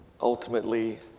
ultimately